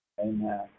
Amen